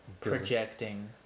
projecting